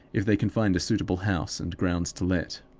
if they can find a suitable house and grounds to let.